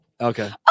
okay